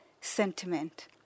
sentiment